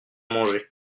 manger